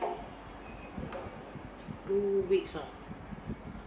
two weeks ah